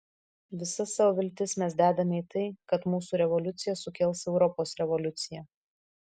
visas savo viltis mes dedame į tai kad mūsų revoliucija sukels europos revoliuciją